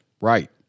Right